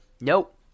nope